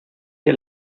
que